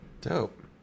dope